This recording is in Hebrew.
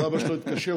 אז אבא שלו התקשר,